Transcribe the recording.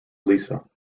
lisa